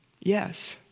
Yes